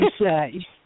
say